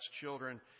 children